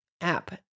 app